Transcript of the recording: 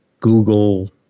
Google